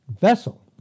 vessel